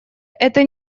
это